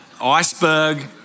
iceberg